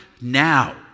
now